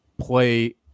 play